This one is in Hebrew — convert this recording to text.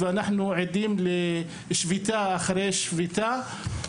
אנחנו עדים לשביתה אחר שביתה.